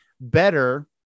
better